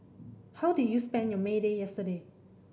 how did you spend your May Day yesterday